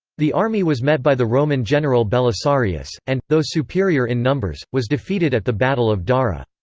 the army was met by the roman general belisarius, and, though superior in numbers, was defeated at the battle of dara.